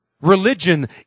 Religion